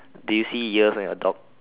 do you see ears on your dog